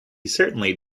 certainly